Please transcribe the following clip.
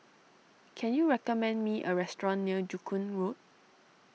can you recommend me a restaurant near Joo Koon Road